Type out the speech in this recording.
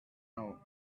now